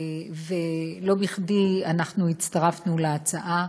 לא בכדי הצטרפנו להצעה,